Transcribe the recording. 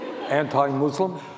Anti-Muslim